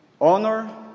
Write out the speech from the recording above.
Honor